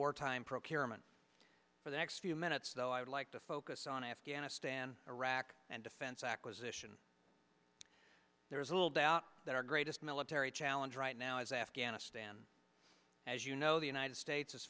wartime procurement for the next few minutes though i would like to focus on afghanistan iraq and defense acquisition there is little doubt that our greatest military challenge right now is afghanistan as you know the united states is